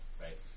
right